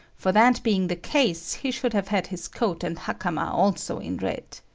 for that being the case, he should have had his coat and hakama also in red.